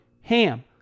HAM